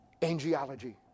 angiology